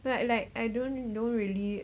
like like I don't don't really